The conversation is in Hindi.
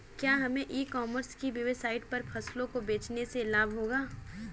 क्या हमें ई कॉमर्स की वेबसाइट पर फसलों को बेचने से लाभ होगा?